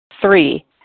Three